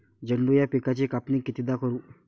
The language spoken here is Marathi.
झेंडू या पिकाची कापनी कितीदा करू?